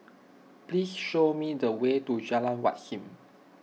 please show me the way to Jalan Wat Siam